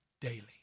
daily